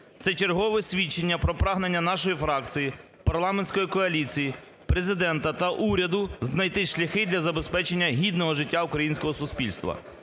Це чергове свідчення про прагнення нашої фракції, парламентської коаліції, Президента та уряду знайти шляхи для забезпечення гідного життя українського суспільства.